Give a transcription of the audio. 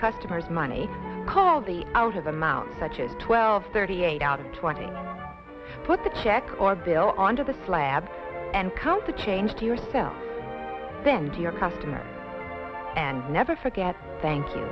customer's money call the out of amount such as twelve thirty eight out of twenty put the check or bill on to the slab and company to change to yourself then to your customer and never forget thank you